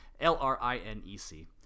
L-R-I-N-E-C